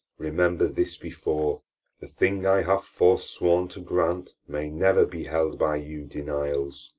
remember this before the thing i have forsworn to grant may never be held by you denials.